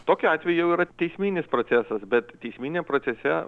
tokiu atveju yra teisminis procesas bet teisminiame procese